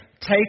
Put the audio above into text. Take